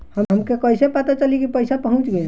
हमके कईसे पता चली कि पैसा पहुच गेल?